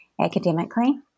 academically